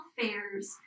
fairs